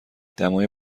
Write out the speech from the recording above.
دمای